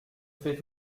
fait